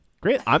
Great